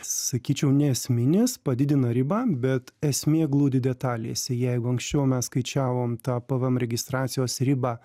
sakyčiau neesminis padidina ribą bet esmė glūdi detalės jeigu anksčiau mes skaičiavom tą pvm registracijos ribą